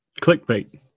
Clickbait